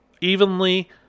evenly